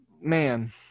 man